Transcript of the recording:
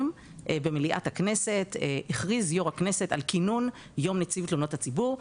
במליאת הכנסת הכריז יו"ר הכנסת על כינון יום נציב תלונות הציבור,